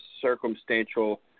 circumstantial